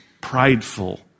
prideful